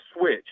switch